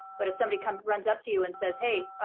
but if somebody kind of runs up to you and says, hey,